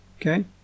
okay